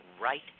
right